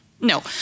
No